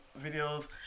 videos